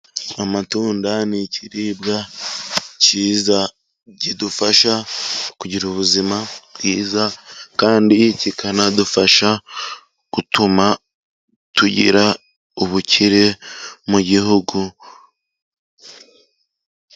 amatunda ni ikiribwa cyiza kidufasha kugira ubuzima bwiza, kandi kikanadufasha gutuma tugira ubukire mu gihugu.